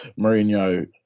Mourinho